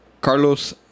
Carlos